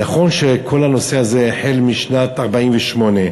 נכון שכל הנושא הזה החל בשנת 1948,